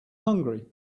hungry